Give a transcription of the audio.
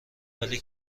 ولی